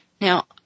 Now